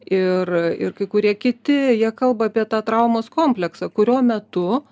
ir ir kai kurie kiti jie kalba apie tą traumos kompleksą kurio metu